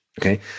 Okay